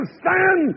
stand